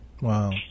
Wow